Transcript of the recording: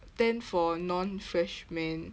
ten for non freshman